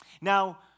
Now